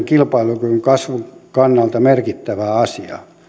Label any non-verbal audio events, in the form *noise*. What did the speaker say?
*unintelligible* kilpailukyvyn kasvun kannalta merkittävää asiaa